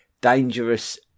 dangerous